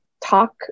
talk